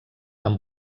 amb